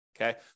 Okay